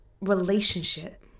relationship